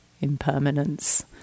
impermanence